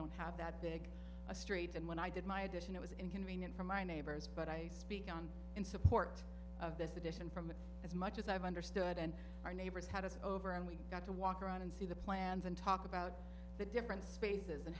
don't have that big a street and when i did my addition it was inconvenient for my neighbors but i speak on in support of this edition from as much as i've understood and our neighbors had us over and we got to walk around and see the plans and talk about the different spaces and